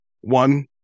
One